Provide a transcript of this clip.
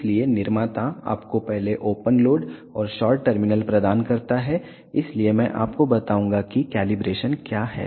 इसलिए निर्माता आपको पहले ओपन लोड और शार्ट टर्मिनल प्रदान करता है इसलिए मैं आपको बताऊंगा कि कैलिब्रेशन क्या है